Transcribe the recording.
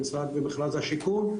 במכרז השיכון,